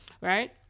right